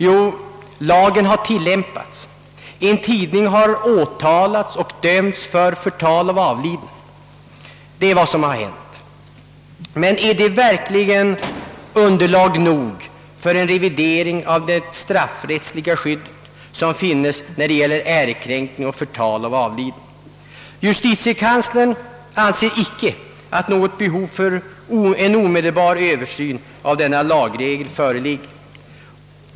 Jo, lagen har tilllämpats; en tidning har åtalats och dömts för förtal av avliden. Men är detta verkligen underlag nog för en revidering av lagstiftningen om straffrättsligt skydd mot ärekränkning och förtal av avliden? Justitiekanslern anser inte att något behov av omedelbar översyn av denna lagregel föreligger.